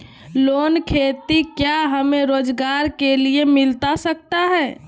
Loan खेती क्या हमें रोजगार के लिए मिलता सकता है?